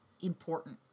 important